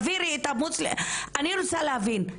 אני רוצה להבין,